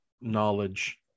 knowledge